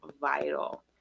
vital